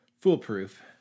foolproof